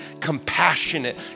compassionate